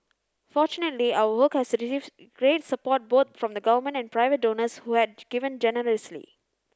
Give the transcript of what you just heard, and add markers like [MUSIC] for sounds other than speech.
fortunately our work has [UNINTELLIGIBLE] great support both from the Government and private donors who had given generously